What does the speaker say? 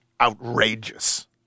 outrageous